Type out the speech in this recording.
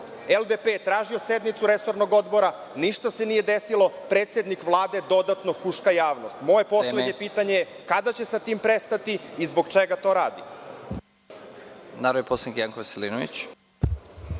je tražila sednicu resornog odbora, ništa se nije desilo, predsednik Vlade dodatno huška javnost. Moje poslednje pitanje je kada će sa tim prestati i zbog čega to radi? **Nebojša Stefanović**